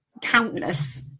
countless